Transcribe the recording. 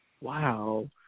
Wow